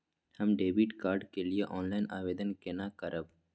हम debit card के लिए ऑनलाइन आवेदन केना करब?